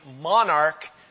monarch